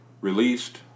released